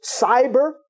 cyber